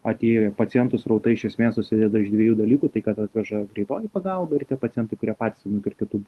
atėjo pacientų srautai iš esmės susideda iš dviejų dalykų tai kad atveža greitoji pagalba ir tie pacientai kurie patys ir kitų